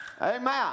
Amen